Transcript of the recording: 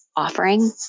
offering